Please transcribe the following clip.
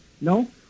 No